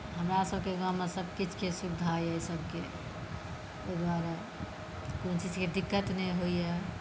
हमरा सभकेँ गाँममे सभ किछुके सुविधा यऽ एहि सभ किछुके कोनो चीजकेँ दिक्कत नहि होइए